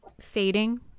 fading